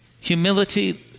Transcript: Humility